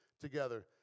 together